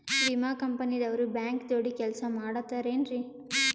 ವಿಮಾ ಕಂಪನಿ ದವ್ರು ಬ್ಯಾಂಕ ಜೋಡಿ ಕೆಲ್ಸ ಮಾಡತಾರೆನ್ರಿ?